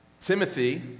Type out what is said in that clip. Timothy